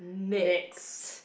next